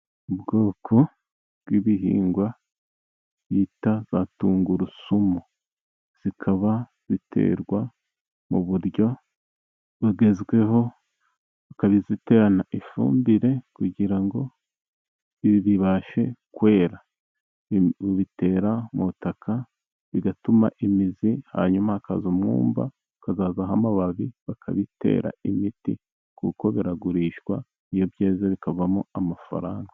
Ubwoko bw'ibihingwa bita tungurusumu. zikaba ziterwa mu buryo bugezweho bakaziterana ifumbire kugira ngo ibi bibashe kwera. Ubitera mu butaka bigatuma imizi, hanyuma hakaza umwumba, ukazazaho amababi, bakabitera imiti, kuko biragurishwa iyo byeze bikavamo amafaranga.